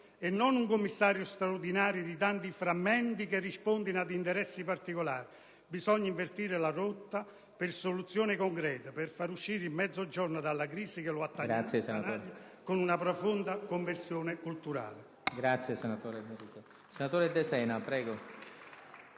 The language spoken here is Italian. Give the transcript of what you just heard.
e non un commissario straordinario di tanti frammenti che rispondono a interessi particolari. Bisogna invertire la rotta per trovare soluzioni concrete, per far uscire il Mezzogiorno dalla crisi che lo attanaglia con una profonda conversione culturale.